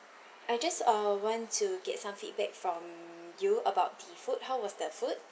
I just uh want to get some feedback from you about the food how was the food